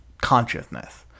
consciousness